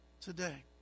today